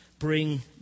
bring